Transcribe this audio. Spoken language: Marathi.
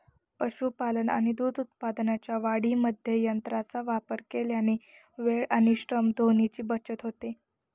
पशुपालन आणि दूध उत्पादनाच्या वाढीमध्ये यंत्रांचा वापर केल्याने वेळ आणि श्रम दोन्हीची बचत होते